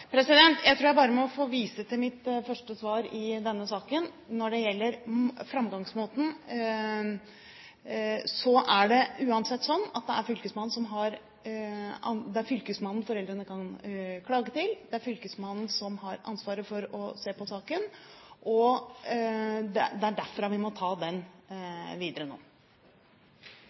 mitt første svar i denne saken. Når det gjelder framgangsmåten, er det uansett sånn at det er fylkesmannen som foreldrene kan klage til, det er fylkesmannen som har ansvaret for å se på saken, og det er derfra vi må ta den